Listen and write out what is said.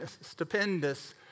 stupendous